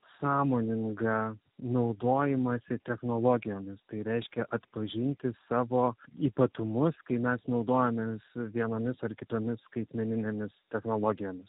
sąmoningą naudojimąsi technologijomis tai reiškia atpažįsti savo ypatumus kai mes naudojamės vienomis ar kitomis skaitmeninėmis technologijomis